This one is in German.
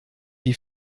die